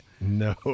no